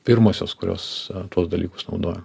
pirmosios kurios tuos dalykus naudoja